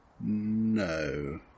No